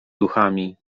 duchami